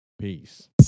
Peace